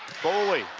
foley.